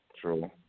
True